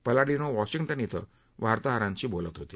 Palladino Washington इथं वार्ताहरांशी बोलत होते